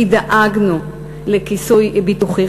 כי דאגנו לכיסוי ביטוחי,